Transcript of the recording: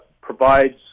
provides